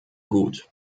gut